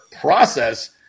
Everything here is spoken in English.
process